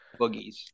Boogies